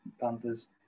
Panthers